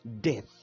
Death